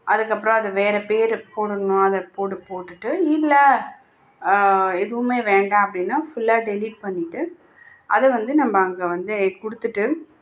அதுக்கப்புறம் அதை வேறு பேரை போடணும் அதை போடு போட்டுவிட்டு இல்லை எதுவுமே வேண்டாம் அப்படின்னா ஃபுல்லாக டெலீட் பண்ணிவிட்டு அதை வந்து நம்ம அங்கே வந்து கொடுத்துட்டு